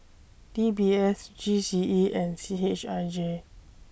D B S G C E and C H I J